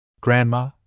Grandma